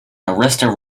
arista